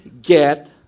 Get